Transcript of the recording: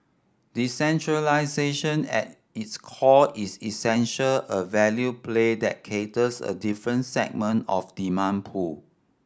decentralisation at its core is essential a value play that caters a different segment of demand pool